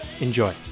Enjoy